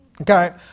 Okay